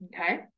okay